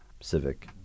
civic